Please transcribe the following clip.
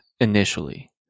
initially